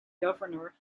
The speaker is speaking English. governor